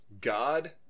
God